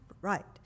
right